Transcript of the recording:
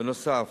בנוסף,